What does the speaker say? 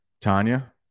Tanya